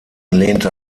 lehnte